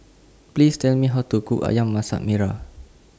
Please Tell Me How to Cook Ayam Masak Merah